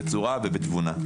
בתבונה.